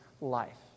life